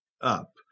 up